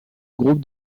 groupe